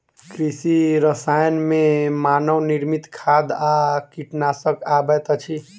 कृषि रसायन मे मानव निर्मित खाद आ कीटनाशक अबैत अछि